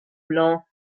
plan